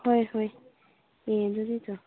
ꯍꯣꯏ ꯍꯣꯏ ꯑꯦ ꯑꯗꯨꯗꯤ ꯆꯣ